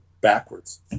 backwards